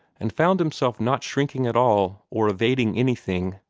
and found himself not shrinking at all, or evading anything,